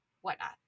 whatnot